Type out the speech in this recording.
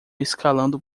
escalando